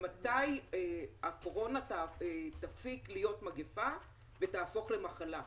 מתי הקורונה תפסיק להיות מגפה ותהפוך למחלה?